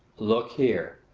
look here!